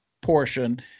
portion